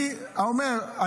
אני אומר,